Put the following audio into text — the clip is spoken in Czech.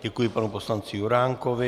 Děkuji panu poslanci Juránkovi.